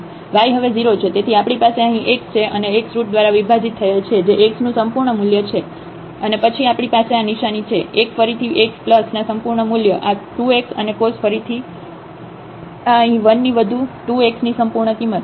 Y હવે 0 છે તેથી આપણી પાસે અહીં x છે અને x રુટ દ્વારા વિભાજીત થયેલ છે જે x નું સંપૂર્ણ મૂલ્ય છે અને પછી આપણી પાસે આ નિશાની છે 1 ફરીથી x ના સંપૂર્ણ મૂલ્ય આ 2 x અને કોસ ફરીથી આ અહીં 1 ની વધુ 2 x ની સંપૂર્ણ કિંમત